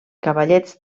cavallets